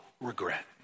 regret